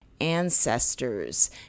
ancestors